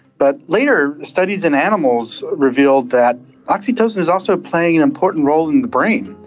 but later, studies in animals revealed that oxytocin is also playing an important role in the brain,